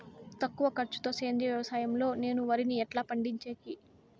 తక్కువ ఖర్చు తో సేంద్రియ వ్యవసాయం లో నేను వరిని ఎట్లా పండించేకి?